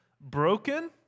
broken